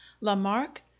lamarck